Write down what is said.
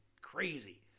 crazy